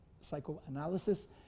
psychoanalysis